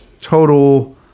total